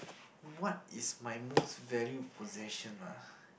what is my most valued possession ah